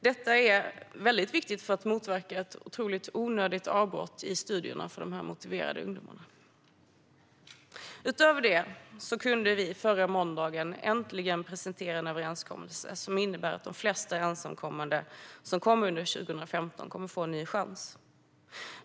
Detta är viktigt för att motverka ett onödigt avbrott i studierna för dessa motiverade ungdomar. Utöver detta kunde vi förra måndagen äntligen presentera en överenskommelse som innebär att de flesta ensamkommande som kom under 2015 kommer att få en ny chans.